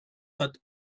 but